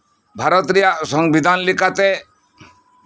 ᱵᱷᱟᱨᱚᱛ ᱨᱮᱭᱟᱜ ᱥᱚᱝᱵᱤᱫᱷᱟᱱ ᱞᱮᱠᱟᱛᱮ